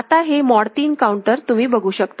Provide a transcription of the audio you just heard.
आता हे mod 3 counter तुम्ही बघू शकता